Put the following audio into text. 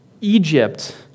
Egypt